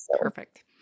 Perfect